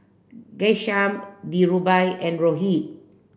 Ghanshyam Dhirubhai and Rohit